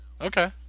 Okay